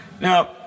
Now